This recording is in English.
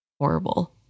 horrible